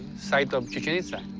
site of chichen itza.